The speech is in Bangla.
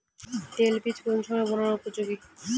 তৈল বীজ কোন সময় বোনার উপযোগী?